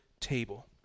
table